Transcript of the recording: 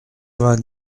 vingt